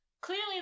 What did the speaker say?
clearly